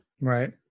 Right